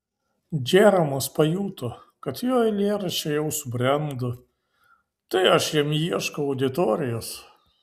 džeromas pajuto kad jo eilėraščiai jau subrendo tai aš jam ieškau auditorijos